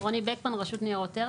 רוני בקמן, רשות ניירות ערך.